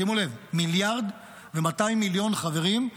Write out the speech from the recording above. שימו לב, מיליארד ו-200 מיליון חברים.